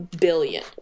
billion